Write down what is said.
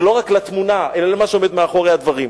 ולא רק לתמונה אלא למה שעומד מאחורי הדברים.